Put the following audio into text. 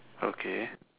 okay